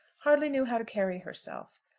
hardly knew how to carry herself.